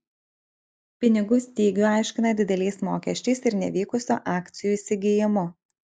pinigų stygių aiškina dideliais mokesčiais ir nevykusiu akcijų įsigijimu